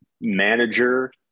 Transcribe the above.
manager